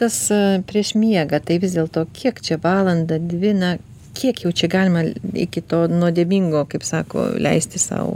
tas prieš miegą tai vis dėlto kiek čia valandą dvi na kiek jau čia galima iki to nuodėmingo kaip sako leisti sau